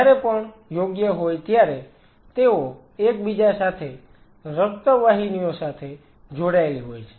જયારે પણ યોગ્ય હોય ત્યારે તેઓ એકબીજા સાથે રક્ત વાહિનીઓ સાથે જોડાયેલી હોય છે